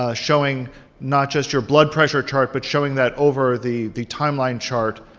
ah showing not just your blood pressure chart, but showing that over the the timeline chart,